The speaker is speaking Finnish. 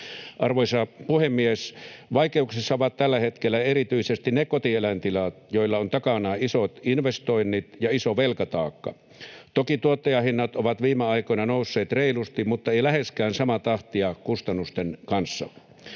Arvoisa puhemies! Vaikeuksissa ovat tällä hetkellä erityisesti ne kotieläintilat, joilla on takanaan isot investoinnit ja iso velkataakka. Toki tuottajahinnat ovat viime aikoina nousseet reilusti, mutta eivät läheskään samaa tahtia kustannusten kanssa.